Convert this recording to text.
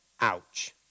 Ouch